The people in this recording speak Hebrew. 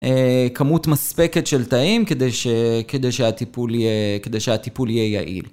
כמות מספקת של תאים כדי שהטיפול יהיה יעיל.